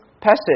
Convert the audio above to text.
passage